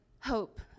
hope